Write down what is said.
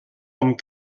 amb